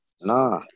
Nah